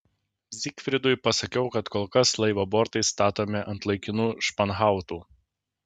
zygfridui pasakiau kad kol kas laivo bortai statomi ant laikinų španhautų